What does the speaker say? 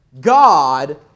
God